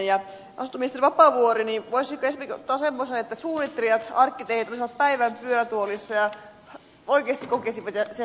asuntoministeri vapaavuori voisiko ajatella esimerkiksi semmoista että suunnittelijat arkkitehdit olisivat päivän pyörätuolissa ja oikeasti kokisivat sen